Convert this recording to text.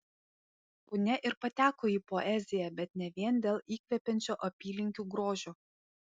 punia ir pateko į poeziją bet ne vien dėl įkvepiančio apylinkių grožio